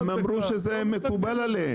הם אמרו שזה מקובל עליהם.